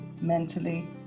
mentally